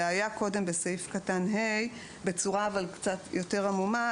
זה היה קודם בסעיף קטן (ה) בצורה קצת יותר עמומה.